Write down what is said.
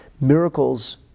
miracles